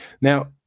Now